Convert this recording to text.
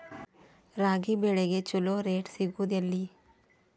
ರಾಗಿ ಬೆಳೆಗೆ ಛಲೋ ರೇಟ್ ಸಿಗುದ ಎಲ್ಲಿ?